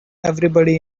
everybody